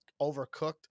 overcooked